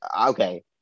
okay